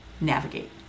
navigate